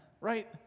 right